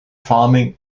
farming